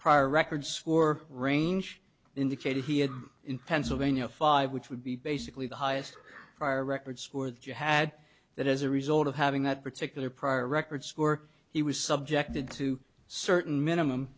prior records for range indicated he had in pennsylvania five which would be basically the highest prior record score that you had that as a result of having that particular prior record score he was subjected to certain minimum